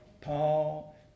Paul